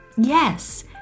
Yes